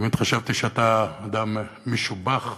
תמיד חשבתי שאתה אדם משובח,